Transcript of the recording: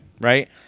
right